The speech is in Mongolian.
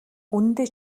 үнэндээ